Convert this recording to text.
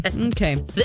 Okay